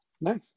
Nice